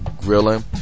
grilling